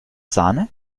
sahne